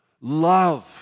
love